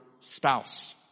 spouse